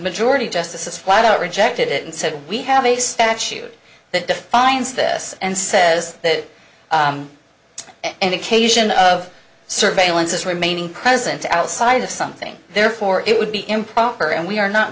majority justices flat out rejected it and said we have a statute that defines this and says that an occasion of surveillance is remaining present outside of something therefore it would be improper and we are not